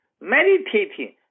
meditating